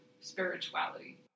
spirituality